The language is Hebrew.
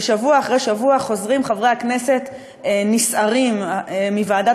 ושבוע אחרי שבוע חוזרים חברי הכנסת נסערים מוועדת